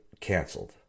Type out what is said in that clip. canceled